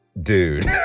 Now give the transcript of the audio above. dude